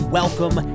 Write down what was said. welcome